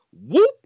whoop